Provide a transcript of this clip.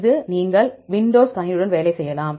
இது நீங்கள் விண்டோஸ் கணினியுடன் வேலை செய்யலாம்